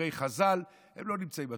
בדברי חז"ל, הם לא נמצאים בתורה.